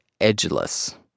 edgeless